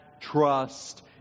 trust